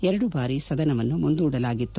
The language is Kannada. ಎರಡು ಬಾರಿ ಸದನವನ್ನು ಮುಂದೂಡಲಾಗಿತ್ತು